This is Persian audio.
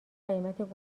قیمت